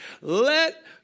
Let